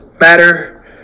Matter